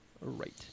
right